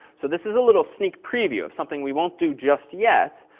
so this is a little sneak preview of something we won't do just yet.